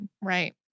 right